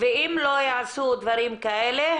ואם לא יעשו דברים כאלה,